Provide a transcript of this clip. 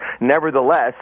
Nevertheless